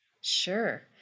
Sure